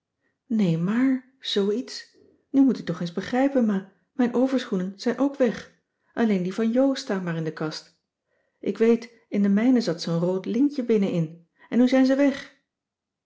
nee maar zoo iets nu moet u toch eens begrijpen ma mijn overschoenen zijn ook weg alleen die van jo staan maar in de kast ik weet in de mijne zat zoo'n rood lintje binnenin en nu zijn ze weg